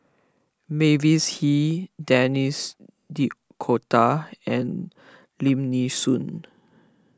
Mavis Hee Denis D'Cotta and Lim Nee Soon